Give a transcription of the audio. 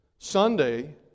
Sunday